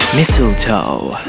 Mistletoe